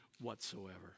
whatsoever